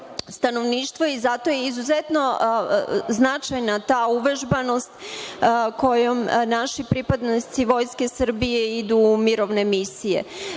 stanovništvo. Zato je izuzetno značajna ta uvežbanost kojom naši pripadnici Vojske Srbije idu u mirovne misije.